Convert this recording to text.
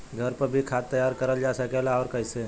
घर पर भी खाद तैयार करल जा सकेला और कैसे?